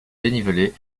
dénivelé